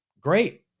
great